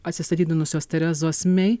atsistatydinusios terezos mei